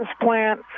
plant